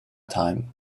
time